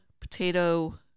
potato